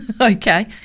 Okay